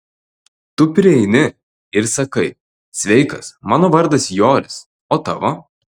tu prieini ir sakai sveikas mano vardas joris o tavo